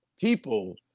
people